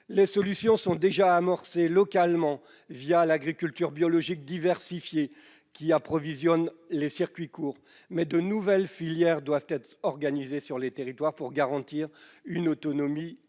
Les solutions sont déjà amorcées localement l'agriculture biologie diversifiée, qui approvisionne les circuits courts, mais de nouvelles filières doivent être organisées sur les territoires pour garantir une autonomie à l'échelle